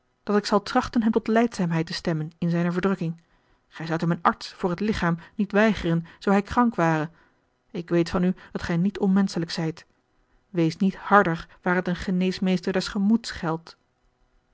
dat ik zal trachten hem tot lijdzaamheid te stemmen in zijne verdrukking gij zoudt hem een arts voor het lichaam niet weigeren zoo hij krank ware ik weet van u dat gij niet onmenschelijk zijt wees niet harder waar het een geneesmeester des gemoeds geldt